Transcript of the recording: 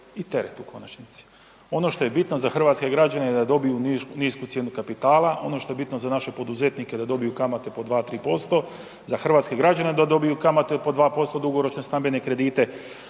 i teret u konačnici. Ono što je bitno za hrvatske građane da dobiju nisku cijenu kapitala. Ono što je bitno za naše poduzetnike da dobiju kamate po 2, 3%, za hrvatske građane da dobiju kamate po 2% dugoročne stambene kredite,